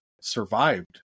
survived